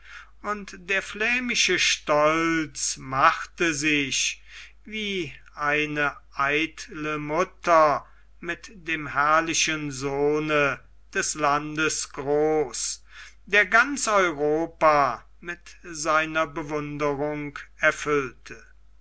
und der flämische stolz machte sich wie eine eitle mutter mit dem herrlichen sohne des landes groß der ganz europa mit seiner bewunderung erfüllte